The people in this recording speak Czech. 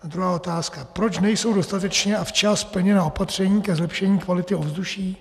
Druhá otázka: Proč nejsou dostatečně a včas plněna opatření ke zlepšení kvality ovzduší?